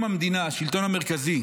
אם המדינה, השלטון המרכזי,